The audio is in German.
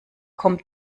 kommt